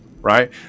right